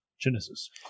Genesis